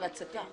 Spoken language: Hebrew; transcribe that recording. את המלצתה.